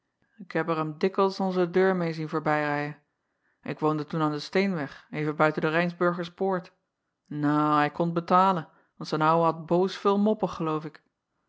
k heb er m dikkels onze deur meê zien voorbijrijen ik woonde toen an den steenweg even buiten de ijnsburgerpoort nou hij kon t betalen want z n ouwe had boos veul moppen geloof ik